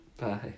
Bye